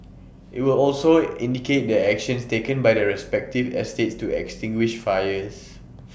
IT will also indicate the actions taken by the respective estates to extinguish fires